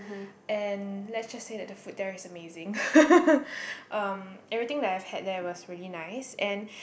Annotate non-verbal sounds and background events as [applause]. and let's just say that the food there is amazing [laughs] um everything that I had there was very nice